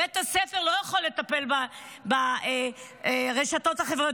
בית הספר לא יכול לטפל ברשתות החברתיות,